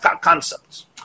concepts